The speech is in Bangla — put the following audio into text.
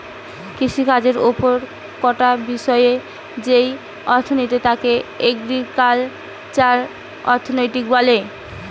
কৃষিকাজের সব কটা বিষয়ের যেই অর্থনীতি তাকে এগ্রিকালচারাল অর্থনীতি বলে